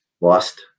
lost